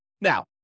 Now